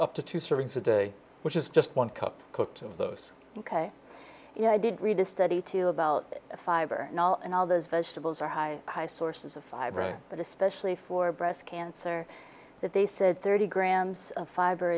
up to two servings a day which is just one cup cooked of those and you know i did read a study to about fiber and all those vegetables are high high sources of fiber but especially for breast cancer that they said thirty grams of fi